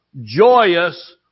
joyous